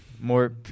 More –